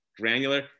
granular